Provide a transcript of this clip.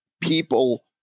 people